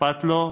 אכפת לו,